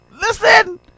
listen